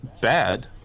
Bad